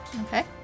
Okay